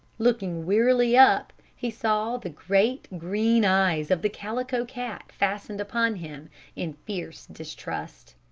looking wearily up he saw the great, green eyes of the calico cat fastened upon him in fierce distrust.